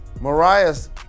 Mariah's